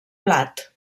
blat